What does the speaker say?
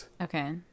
Okay